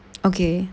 okay